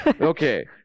Okay